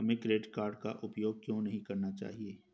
हमें credit card का उपयोग क्यों नहीं करना चाहिए?